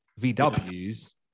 VW's